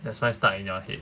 that's why stuck in your head